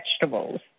vegetables